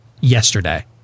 yesterday